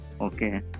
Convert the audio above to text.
okay